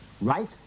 Right